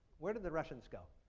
where did the russians go?